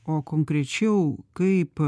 o konkrečiau kaip